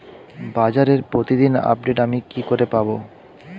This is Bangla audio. বাজারের প্রতিদিন আপডেট আমি কি করে পাবো?